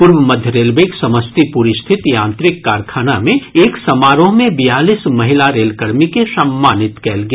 पूर्व मध्य रेलवेक समस्तीपुर स्थित यांत्रिक कारखाना मे एक समारोह मे बियालिस महिला रेलकर्मी के सम्मानित कयल गेल